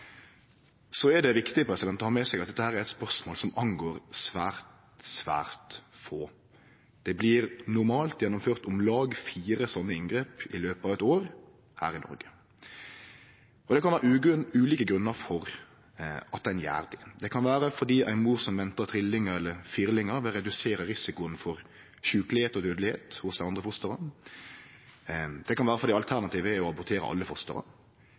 Det er viktig å ha med seg at dette er eit spørsmål som gjeld svært, svært få. Det blir normalt gjennomført om lag fire slike inngrep i løpet av eitt år her i Noreg. Det kan vere ulike grunnar til at ein gjer det. Det kan vere at ei mor som ventar trillingar eller firlingar, vil redusere risikoen for sjukelegheit og dødelegheit hos det andre fosteret, det kan vere at alternativet er å abortere alle